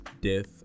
death